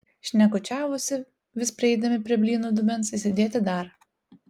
šnekučiavosi vis prieidami prie blynų dubens įsidėti dar